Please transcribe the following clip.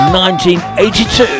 1982